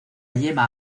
yema